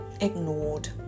ignored